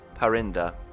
Parinda